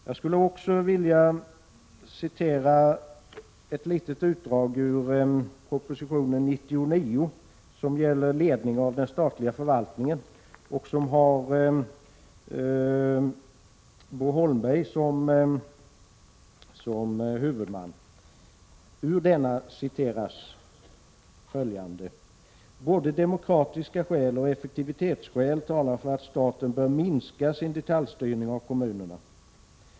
Jag skulle vilja citera ett litet utdrag ur proposition 99, som gäller ledningen av den statliga förvaltningen och bakom vilken står Bo Holmberg. Ur denna citeras: ”Både demokratiska skäl och effektivitetsskäl talar för att staten bör minska sin detaljstyrning av kommunerna.